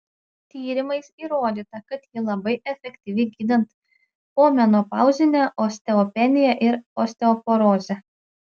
tyrimais įrodyta kad ji labai efektyvi gydant pomenopauzinę osteopeniją ir osteoporozę